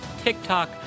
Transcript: TikTok